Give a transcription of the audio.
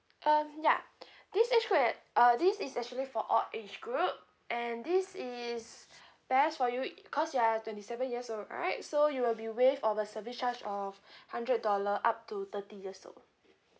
um ya this age group uh this is actually for all age group and this is best for you i~ cause you are twenty seven years old right so you will be waived of the service charge of hundred dollar up to thirty years old